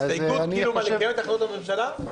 הסתייגות לקיים את החלטות הממשלה?